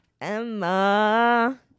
emma